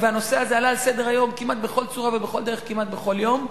והנושא הזה עלה על סדר-היום כמעט בכל צורה ובכל דרך כמעט בכל יום,